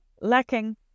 lacking